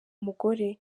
mugore